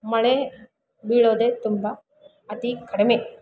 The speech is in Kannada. ಮಳೆ ಬೀಳೋದೇ ತುಂಬ ಅತಿ ಕಡಿಮೆ